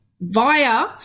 via